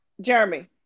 Jeremy